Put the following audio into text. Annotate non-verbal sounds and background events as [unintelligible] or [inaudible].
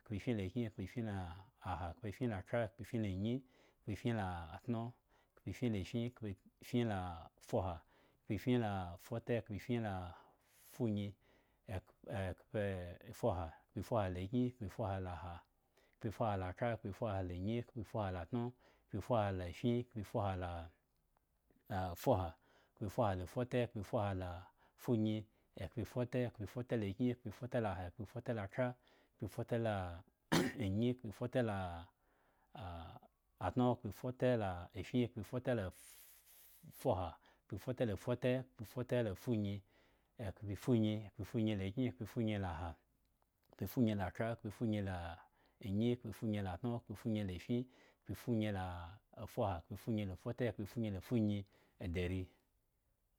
Khpefin la kyin, khpefin la ha, khpefin la thra, khpefin la nyi, khpefin la tyo, khpefin la fin, khpefin la fuha, khpefin la fute, khpefin la funyi, ekhpe ekhpefuha, khpefuha la kyin, khpefuha la ha, khpefuha la thra, khpefuha la nyi, khpefuha la tŋo, khpefuha la fin, khpefuha la [unintelligible] khpefuha la fute, khpefuha la funyi, ekhpefute, khpefute la kyin, khpefute la ha, khpefute la thra, khpefute la [noise] nyi, khpefute la [hesitation] tŋo, khpefute la fin, khpefute la fuha. khpefute la fute, khpefute la funyi, ekhpefunyi, khpefunyi la kyin, khpefunyi la ha, khpefunyi la thra, khpefunyi la nyi, khpefunyi la tŋo, khpefunyi la fin, khpefunyi la fuha, khpefunyi la fute, khpefunyi la funyi, edari.